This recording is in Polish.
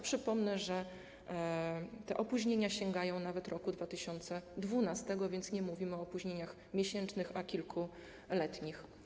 Przypomnę, że te opóźnienia sięgają nawet roku 2012, a więc mówimy o opóźnieniach nie miesięcznych, ale kilkuletnich.